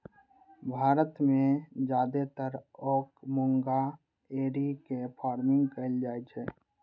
भारत मे जादेतर ओक मूंगा एरी के फार्मिंग कैल जाइ छै